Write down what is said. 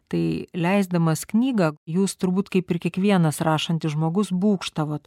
tai leisdamas knygą jūs turbūt kaip ir kiekvienas rašantis žmogus būgštavot